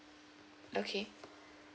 okay